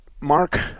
Mark